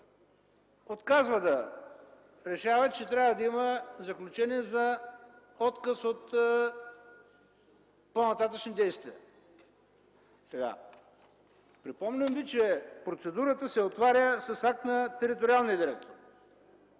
отказва да решава, че трябва да има заключение за отказ от понататъшни действия. Припомням Ви, че процедурата се отваря с акт на териториалния директор.